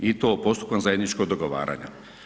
I to postupkom zajedničkog dogovaranja.